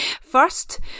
First